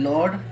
Lord